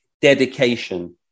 Dedication